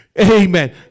Amen